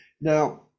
now